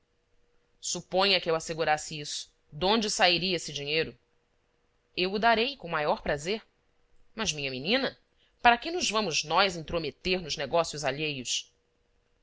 suponha que eu assegurasse isso donde sairia esse dinheiro eu o darei com o maior prazer mas minha menina para que nos vamos nós intrometer nos negócios alheios